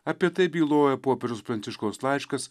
apie tai byloja popiežiaus pranciškaus laiškas